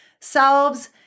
selves